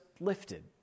lifted